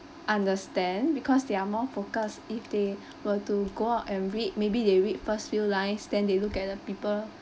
understand because they are more focused if they were to go out and read maybe they read first few lines then they look at the people